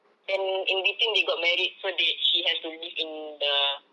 then in between they got married so they she has to live in the